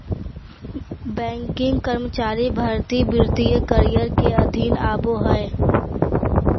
banking कर्मचारी भर्ती वित्तीय करियर के अधीन आबो हय